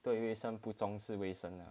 对卫生不重视卫生